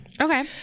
Okay